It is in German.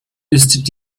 ist